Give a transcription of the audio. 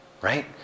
right